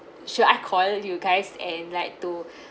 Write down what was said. should I call you guys and like to